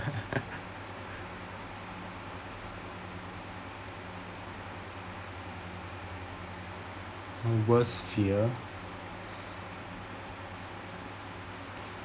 a worst fear